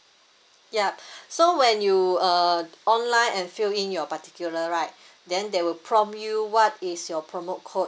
yup so when you uh online and fill in your particular right then they will prompt you what is your promo code